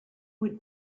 would